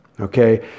Okay